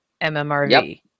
MMRV